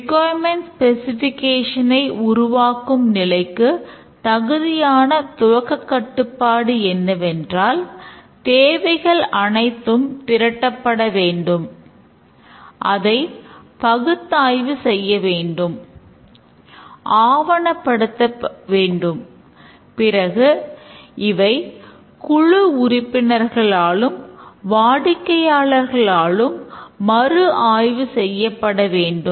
requirement specification ஐ உருவாக்கும் நிலைக்குத் தகுதியான துவக்கும்கட்டுப்பாடு என்னவென்றால் தேவைகள் அனைத்தும் திரட்டப்பட வேண்டும் அதை பகுத்தாய்வு செய்யவேண்டும் ஆவணப்படுத்த வேண்டும் பிறகு இவை குழு உறுப்பினர்களாலும் வாடிக்கையாளர்களாலும் மறு ஆய்வு செய்யப்பட வேண்டும்